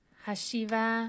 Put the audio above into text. Hashiva